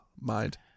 mind